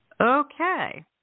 Okay